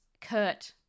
Kurt